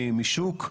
משוק.